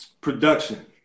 production